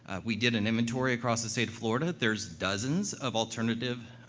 ah we did an inventory across the state of florida. there's dozens of alternative,